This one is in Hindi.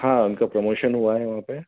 हाँ उनका प्रोमोशन हुआ है वहाँ पर